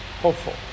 hopeful